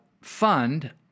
fund